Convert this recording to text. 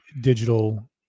digital